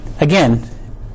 again